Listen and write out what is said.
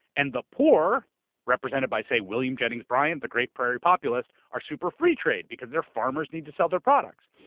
and the poor represented by say william jennings bryan, the great prairie populist, are super free trade because their farmers need to sell their products.